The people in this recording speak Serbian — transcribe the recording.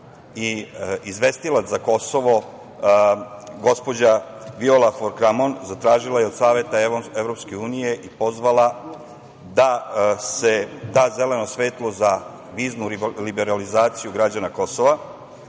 i izvestilac za Kosovo, gospođa Viola fon Kramon zatražila je od Saveta EU i pozvala da se da zeleno svetlo za viznu liberalizaciju građana Kosova